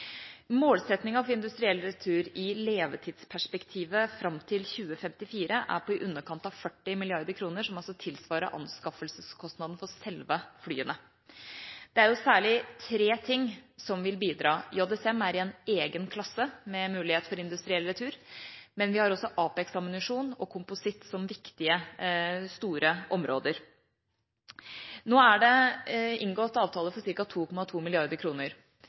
Målsettinga for industriell retur i levetidsperspektivet fram til 2054 er på i underkant av 40 mrd. kr, som altså tilsvarer anskaffelseskostnaden for selve flyene. Det er særlig tre ting som vil bidra: JSM er i en egen klasse med tanke på mulighet for industriell retur, men vi har også APEX-ammunisjon og kompositt som viktige, store områder. Nå er det inngått avtaler for ca. 2,2